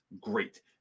great